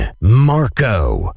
Marco